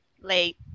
Late